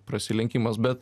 prasilenkimas bet